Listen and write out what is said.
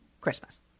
christmas